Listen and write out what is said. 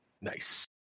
nice